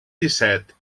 dèsset